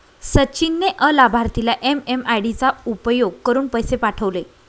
सचिन ने अलाभार्थीला एम.एम.आय.डी चा उपयोग करुन पैसे पाठवले